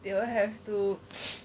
they will have to